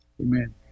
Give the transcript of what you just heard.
Amen